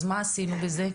אז מה עשינו בזה?